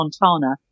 Montana